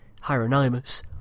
Hieronymus